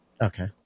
Okay